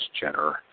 Jenner